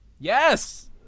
yes